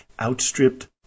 outstripped